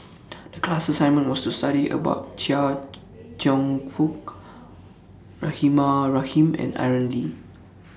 The class assignment was to study about Chia Cheong Fook Rahimah Rahim and Aaron Lee